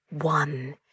one